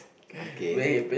okay